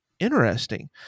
interesting